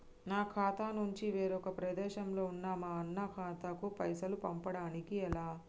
నా ఖాతా నుంచి వేరొక ప్రదేశంలో ఉన్న మా అన్న ఖాతాకు పైసలు పంపడానికి ఎలా?